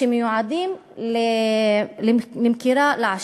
שמיועדים למכירה לעשירים,